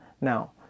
now